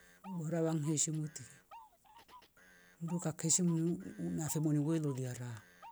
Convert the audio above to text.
Wora wanglie heshimute mndu kakaeshi mnu uuh uhh nafe mwene welolia ra